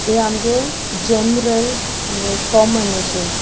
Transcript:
हे आमगे जॅनरल आमगे कॉमन अशें